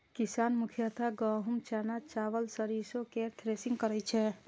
किसान मुख्यतः गहूम, चना, चावल, सरिसो केर थ्रेसिंग करै छै